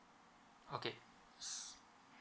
okay